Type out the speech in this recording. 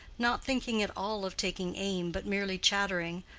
not thinking at all of taking aim but merely chattering,